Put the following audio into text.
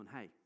hey